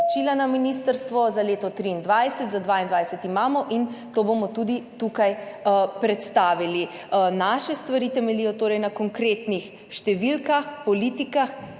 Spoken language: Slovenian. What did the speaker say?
poročila na ministrstvo za leto 2023, za 2022 imamo in to bomo tudi tukaj predstavili. Naše stvari temeljijo torej na konkretnih številkah, politikah